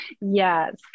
Yes